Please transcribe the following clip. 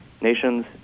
nations